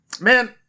Man